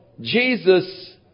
Jesus